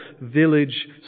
village